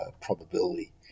probability